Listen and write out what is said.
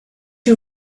you